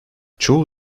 çoğu